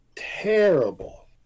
terrible